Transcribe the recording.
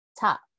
top